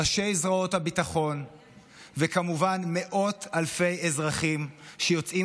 ראשי זרועות הביטחון וכמובן מאות אלפי אזרחים שיוצאים